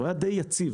הייצור היה די יציב